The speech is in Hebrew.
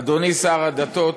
אדוני שר הדתות,